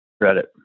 credit